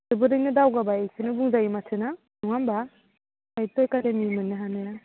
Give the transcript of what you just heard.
जोबोरैनो दावगाबाय एखौनो बुंजायो माथो ना नङा होमब्ला साहित्य एकादेमि मोननो हानाया